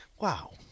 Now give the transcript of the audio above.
wow